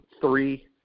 three